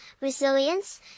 resilience